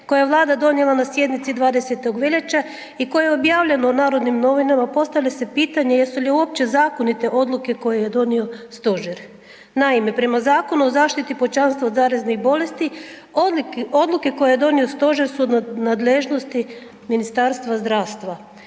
koje je Vlada RH donijela na sjednici 20. veljače i koje je objavljeno u Narodnim novinama postavlja se pitanje jesu li uopće zakonite odluke koje je donio stožer. Naime, prema Zakonu o zaštiti pučanstva od zaraznih bolesti odluke koje donio stožer su u nadležnosti Ministarstva zdravstva.